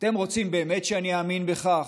אתם באמת רוצים שאני אאמין לכך?